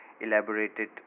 elaborated